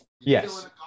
Yes